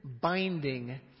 binding